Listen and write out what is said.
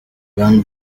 lady